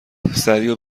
سریع